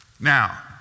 Now